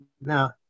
Now